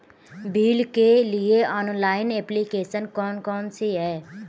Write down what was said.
Bill के लिए online application कौन कौन सी हैं?